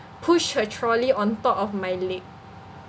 push her trolley on top of my leg